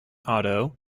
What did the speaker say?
otto